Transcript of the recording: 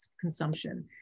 consumption